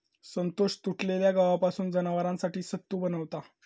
संतोष तुटलेल्या गव्हापासून जनावरांसाठी सत्तू बनवता